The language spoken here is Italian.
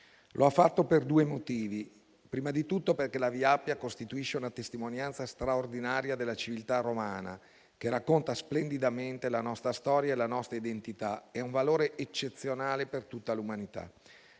Lo ha fatto per due motivi; prima di tutto perché la via Appia costituisce una testimonianza straordinaria della civiltà romana, che racconta splendidamente la nostra storia e la nostra identità, come valore eccezionale per tutta l'umanità.